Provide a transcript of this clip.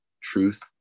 truth